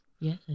Yes